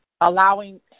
allowing